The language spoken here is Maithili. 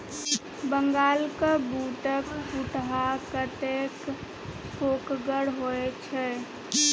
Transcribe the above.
बंगालक बूटक फुटहा कतेक फोकगर होए छै